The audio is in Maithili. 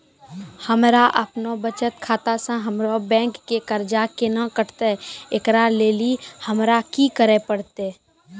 हमरा आपनौ बचत खाता से हमरौ बैंक के कर्जा केना कटतै ऐकरा लेली हमरा कि करै लेली परतै?